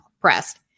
pressed